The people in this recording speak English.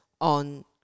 on